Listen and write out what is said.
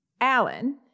Alan